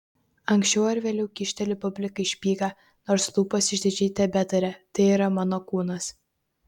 anksčiau ar vėliau kyšteli publikai špygą nors lūpos išdidžiai tebetaria tai yra mano kūnas